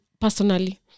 personally